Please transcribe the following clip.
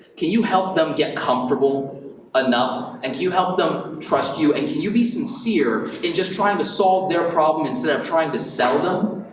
can you help them get comfortable enough? can and you help them trust you? and can you be sincere in just trying to solve their problem instead of trying to sell them?